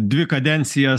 dvi kadencijas